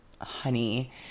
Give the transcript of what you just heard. Honey